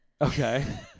okay